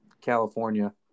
California